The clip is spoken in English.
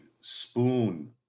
spoon